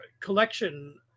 collection